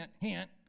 hint